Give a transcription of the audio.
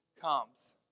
comes